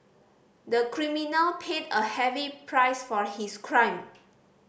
the criminal paid a heavy price for his crime